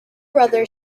brother